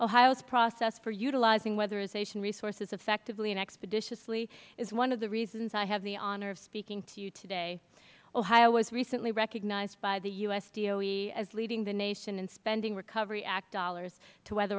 ohio's process for utilizing weatherization resources effectively and expeditiously is one of the reasons i have the honor of speaking to you today ohio was recently recognized by the usdoe as leading the nation in spending recovery act dollars to weather